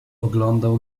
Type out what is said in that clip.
oglądał